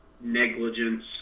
negligence